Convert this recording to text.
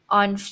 on